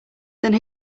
then